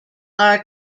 are